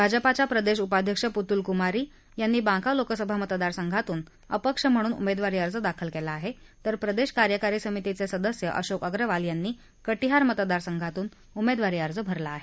भाजपाच्या प्रदेशउपाध्यक्ष पुतुल कुमारी यांनी बांका लोकसभा मतदारसंघांतून अपक्ष म्हणून उमेदवारी अर्ज दाखल केला आहे तर प्रदेश कार्यकारी समितीचे सदस्य अशोक अग्रवाल यांनी कटीहार मतदारसंघातून उमेदवारी अर्ज दाखल केला आहेत